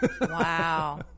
Wow